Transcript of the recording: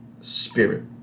spirit